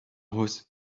his